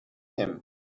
him